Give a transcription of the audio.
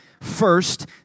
first